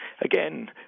Again